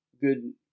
good